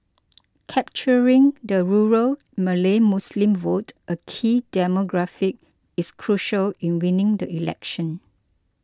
capturing the rural Malay Muslim vote a key demographic is crucial in winning the election